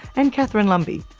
and catharine lumby,